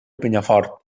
penyafort